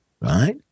right